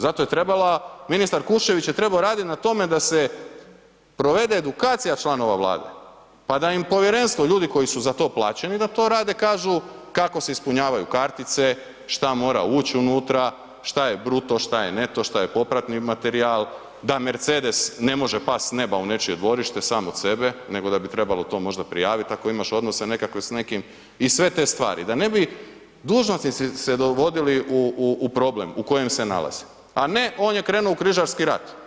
Zato je trebala, ministar Kuščević je trebao raditi na tome da se provede edukacija članova Vlade, pa da im Povjerenstvo, ljudi koji su za to plaćeni da to rade kažu kako se ispunjavaju kartice, što mora ući unutra, što je bruto, što je neto, što je popratni materijal, da Mercedes ne može pasti s neba u nečije dvorište sam od sebe, nego da bi trebalo to možda prijaviti ako imaš odnose nekakve s nekim i sve te stvari da ne bi dužnosnici se dovodili u problem u kojem se nalaze, a ne on je krenuo u križarski rat.